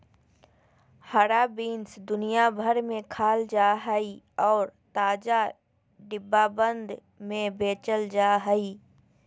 हरा बीन्स दुनिया भर में खाल जा हइ और ताजा, डिब्बाबंद में बेचल जा हइ